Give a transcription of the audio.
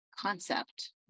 concept